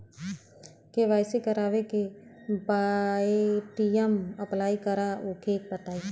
KYC करावे के बा ए.टी.एम अप्लाई करा ओके बताई?